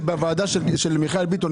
שבוועדה של מיכאל ביטון,